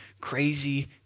crazy